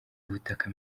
ubutaka